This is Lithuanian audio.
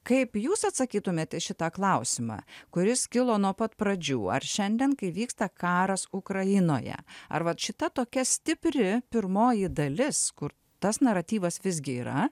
kaip jūs atsakytumėte šitą klausimą kuris kilo nuo pat pradžių ar šiandien kai vyksta karas ukrainoje ar vat šita tokia stipri pirmoji dalis kur tas naratyvas visgi yra